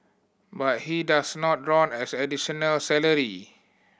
but he does not draw as additional salary